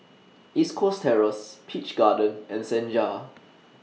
East Coast Terrace Peach Garden and Senja